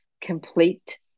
complete